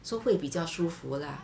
so 会比较舒服 lah